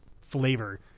flavor